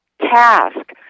task